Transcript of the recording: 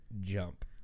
jump